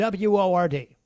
WORD